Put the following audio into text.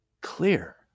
clear